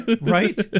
Right